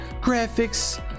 Graphics